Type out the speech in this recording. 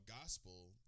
gospel